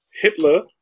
Hitler